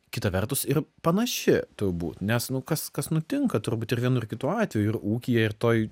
kita vertus ir panaši turbūt nes nu kas kas nutinka turbūt ir vienu ir kitu atveju ir ūkyje ir toj